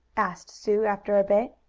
asked sue, after a bit.